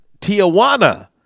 Tijuana